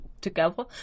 Together